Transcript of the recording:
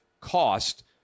cost